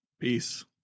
peace